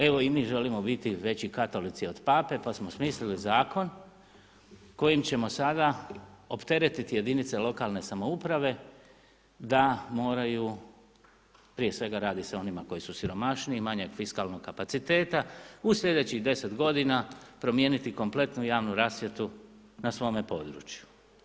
Evo i mi želimo biti veći katolici od Pape pa smo smislili zakon kojim ćemo sada opteretiti jedinice lokalne samouprave da moraju, prije svega radi se o onima koji su siromašniji, manjak fiskalnog kapacitete, u sljedećih 10 godina promijeniti kompletnu javnu rasvjetu na svome području.